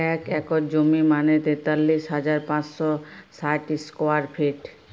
এক একর জমি মানে তেতাল্লিশ হাজার পাঁচশ ষাট স্কোয়ার ফিট